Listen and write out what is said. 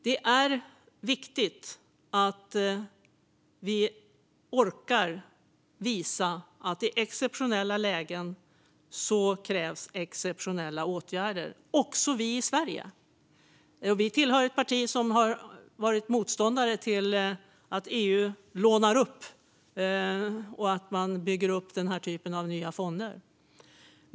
Det är viktigt att vi orkar visa att det krävs exceptionella åtgärder i exceptionella lägen. Det gäller även oss i Sverige. Jag tillhör ett parti som har varit motståndare till att EU lånar upp medel för att bygga upp den här typen av nya fonder.